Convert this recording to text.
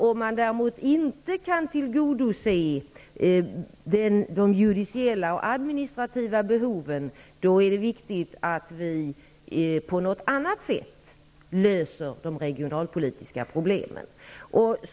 Om vi däremot inte kan tillgodose de judiciella och administrativa behoven, är det viktigt att vi löser de regionalpolitiska problemen på något annat sätt.